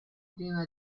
prima